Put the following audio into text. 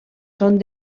són